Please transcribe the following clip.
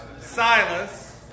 Silas